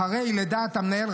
אחרי "לדעת המנהל,